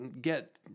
get